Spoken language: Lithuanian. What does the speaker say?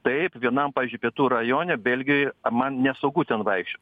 taip vienam pavyzdžiui pietų rajone belgijoj man nesaugu ten vaikščiot